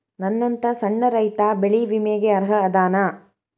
ನನ್ನಂತ ಸಣ್ಣ ರೈತಾ ಬೆಳಿ ವಿಮೆಗೆ ಅರ್ಹ ಅದನಾ?